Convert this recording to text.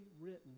written